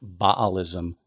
Baalism